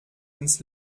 ins